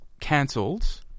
cancelled